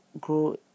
grow